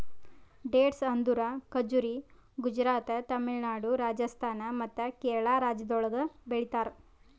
dates ಅಂದುರ್ ಖಜುರಿ ಗುಜರಾತ್, ತಮಿಳುನಾಡು, ರಾಜಸ್ಥಾನ್ ಮತ್ತ ಕೇರಳ ರಾಜ್ಯಗೊಳ್ದಾಗ್ ಬೆಳಿತಾರ್